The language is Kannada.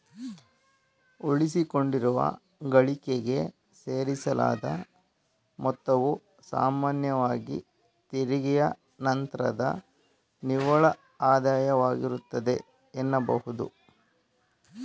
ಉಳಿಸಿಕೊಂಡಿರುವ ಗಳಿಕೆಗೆ ಸೇರಿಸಲಾದ ಮೊತ್ತವು ಸಾಮಾನ್ಯವಾಗಿ ತೆರಿಗೆಯ ನಂತ್ರದ ನಿವ್ವಳ ಆದಾಯವಾಗಿರುತ್ತೆ ಎನ್ನಬಹುದು